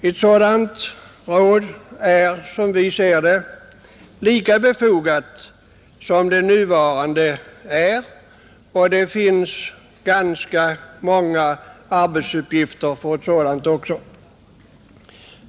Ett sådant råd är, som vi ser det, lika befogat som det nuvarande, och det finns också ganska många arbetsuppgifter för detsamma.